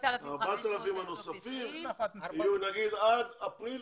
2020 והנוספים עד אפריל